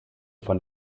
von